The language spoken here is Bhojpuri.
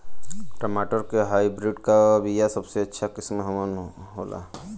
टमाटर के हाइब्रिड क बीया सबसे अच्छा किस्म कवन होला?